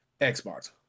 Xbox